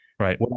Right